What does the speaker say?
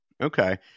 Okay